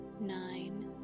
nine